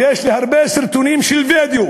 יש לי הרבה סרטוני וידיאו.